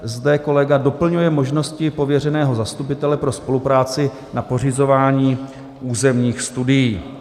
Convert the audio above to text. Zde kolega doplňuje možnosti pověřeného zastupitele pro spolupráci na pořizování územních studií.